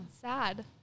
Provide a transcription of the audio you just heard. sad